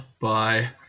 Bye